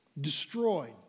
destroyed